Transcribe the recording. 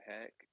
heck